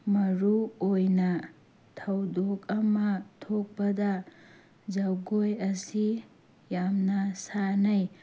ꯃꯔꯨ ꯑꯣꯏꯅ ꯊꯧꯗꯣꯛ ꯑꯃ ꯊꯣꯛꯄꯗ ꯖꯒꯣꯏ ꯑꯁꯤ ꯌꯥꯝꯅ ꯁꯥꯅꯩ